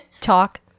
Talk